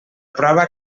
prova